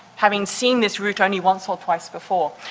having seen this route only once or twice before.